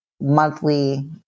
monthly